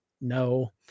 No